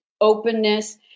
openness